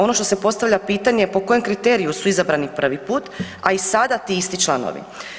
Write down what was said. Ono što se postavlja pitanje, po kojem kriteriju su izabrani prvi put a i sada ti isti članovi?